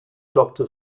doctor